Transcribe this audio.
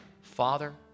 Father